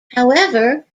however